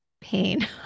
pain